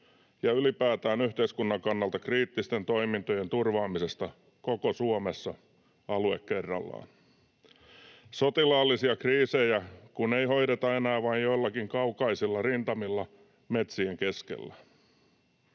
ja ylipäätään yhteiskunnan kannalta kriittisten toimintojen turvaamisesta koko Suomessa alue kerrallaan — sotilaallisia kriisejä kun ei hoideta enää vain joillakin kaukaisilla rintamilla metsien keskellä.